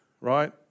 Right